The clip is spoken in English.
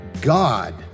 God